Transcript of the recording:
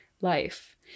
life